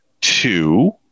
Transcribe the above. two